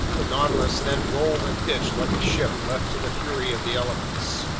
the nautilus then rolled and pitched like a ship left to the fury of the elements.